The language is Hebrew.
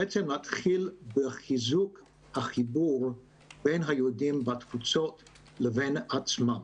זה מתחיל בחיזוק החיבור בין היהודים בתפוצות לבין עצמם.